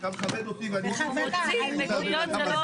בכוונה אלים ומשפיל.